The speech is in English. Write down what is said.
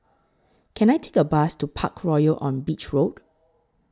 Can I Take A Bus to Parkroyal on Beach Road